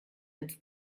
ins